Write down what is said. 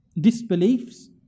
Disbeliefs